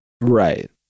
right